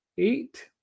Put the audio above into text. Eight